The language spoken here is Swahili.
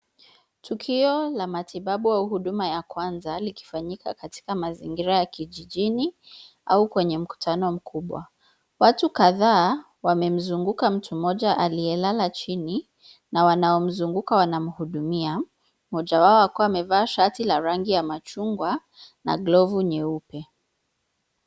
Tukio la matibabu au uduma ya kwanza likifanyika katika mazingira ya kijijini au kwenye mkutano mkubwa. Watu kadhaa wamemzunguka mtu mmoja aliyelala chini na wanao mzunguka wanamuudumia, moja wao akiwaamevaa shati la nyeupe.